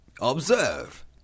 Observe